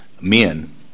men